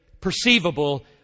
perceivable